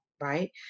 Right